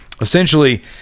Essentially